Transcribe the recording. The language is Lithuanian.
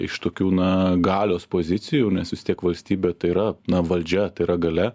iš tokių na galios pozicijų nes vis tiek valstybė tai yra na valdžia tai yra galia